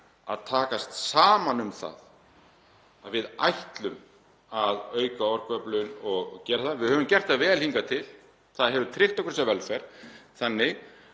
að taka höndum saman um það að við ætlum að auka orkuöflun og gera það vel. Við höfum gert það vel hingað til. Það hefur tryggt okkur þessa velferð. Og